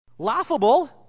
Laughable